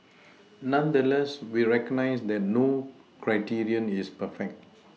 nonetheless we recognise that no criterion is perfect